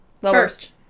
First